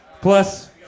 plus